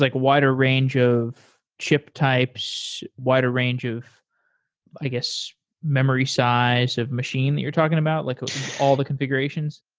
like wider range of chip types, wider range of i guess memory size of machine that you're talking about? like all the configurations?